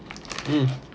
mm